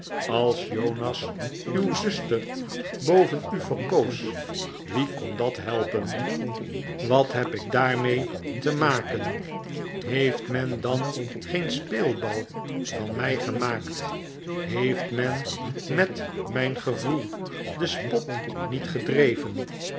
als jonas uw zuster boven u verkoos wie kon dat helpen wat heb i k daarmee te maken heeft men dan geen speelbal van mij gemaakt heeft men met mijn gevoel den spot niet gedreven